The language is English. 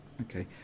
Okay